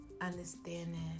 understanding